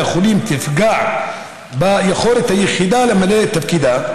החולים תפגע ביכולת היחידה למלא את תפקידה,